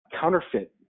counterfeit